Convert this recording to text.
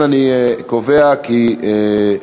אם כן,